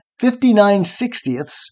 fifty-nine-sixtieths